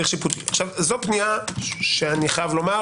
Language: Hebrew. זו פנייה שאני חייב לומר,